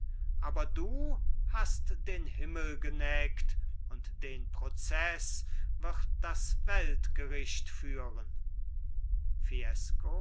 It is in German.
aber du hast den himmel geneckt und den prozeß wird das weltgericht führen